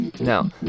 Now